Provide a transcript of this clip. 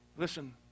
Listen